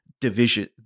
division